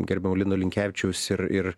gerbiamo lino linkevičiaus ir ir